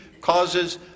causes